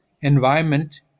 environment